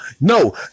No